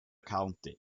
county